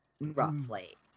Roughly